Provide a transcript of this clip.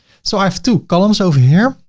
so i have two columns over here.